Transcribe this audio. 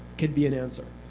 could be an answer.